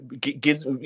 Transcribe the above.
gives